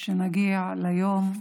שנגיע ליום שנגיד: